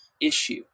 issue